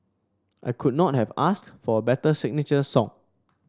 I could not have asked for a better signature song